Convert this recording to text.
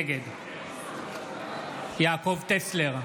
נגד יעקב טסלר,